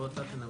בוא אתה תנמק.